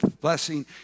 blessing